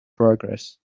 progress